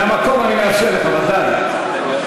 מהמקום אני מאפשר לך, ודאי.